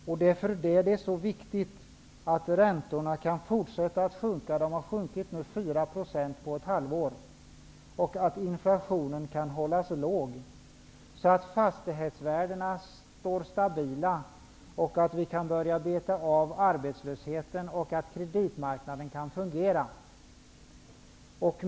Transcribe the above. Det är därför det är så viktigt att räntorna kan fortsätta att sjunka -- de har nu sjunkit med 4 % på ett halvår -- och att inflationen kan hållas låg, så att fastighetsvärdena kan bli stabila, att vi kan börja att beta av arbetslösheten och att kreditmarknaden kan fungera.